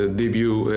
debut